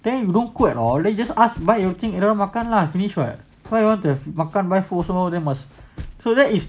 then you don't cook at all then you just ask buy everything everyone makan lah finish what why you want to makan food then all then must so that is